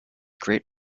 great